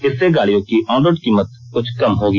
इससे गाड़ियों की ऑनरोड कीमत कुछ कम होगी